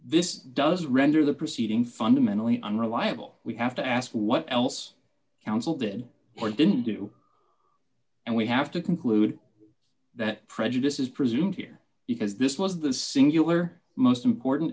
this does render the proceeding fundamentally unreliable we have to ask what else counsel did or didn't do and we have to conclude d that prejudice is presumed here because this was the singular most important